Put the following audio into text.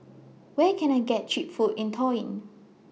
Where Can I get Cheap Food in Tallinn